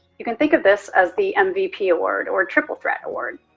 you can think of this as the mvp award or triple threat award.